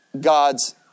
God's